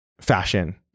fashion